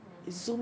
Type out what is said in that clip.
oh